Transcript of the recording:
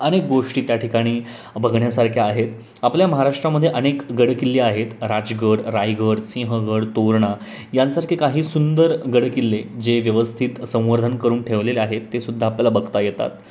अनेक गोष्टी त्या ठिकाणी बघण्यासारख्या आहेत आपल्या महाराष्ट्रामध्ये अनेक गडकिल्ले आहेत राजगड रायगड सिंहगड तोरणा यांसारखे काही सुंदर गडकिल्ले जे व्यवस्थित संवर्धन करून ठेवलेले आहेत ते सुद्धा आपल्याला बघता येतात